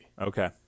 Okay